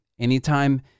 Anytime